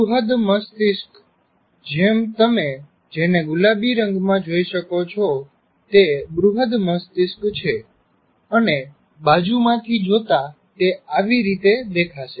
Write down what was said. બૃહદમસ્તિષ્ક જેમ તમે જેને ગુલાબી રંગમાં જોઈ શકો છો તે બૃહદમસ્તિષ્ક છે અને બાજુ માંથી જોતા તે આવી રીતે દેખાશે